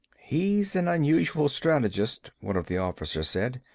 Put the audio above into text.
he's an unusual strategist, one of the officers said.